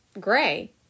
gray